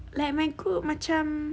like my group macam